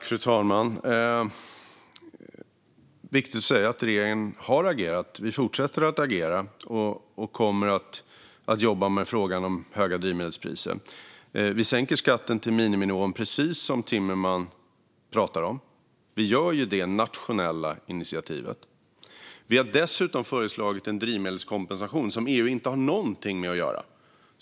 Fru talman! Regeringen har agerat, fortsätter att agera och kommer att jobba med frågan om höga drivmedelspriser. Vi sänker skatten till miniminivån, precis som Timmermans pratar om. Vi tar detta nationella initiativ. Vi har dessutom föreslagit en drivmedelskompensation som EU inte har någonting med att göra.